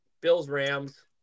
Bills-Rams